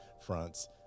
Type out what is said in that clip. fronts